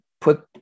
put